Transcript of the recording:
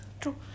True